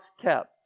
kept